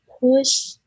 push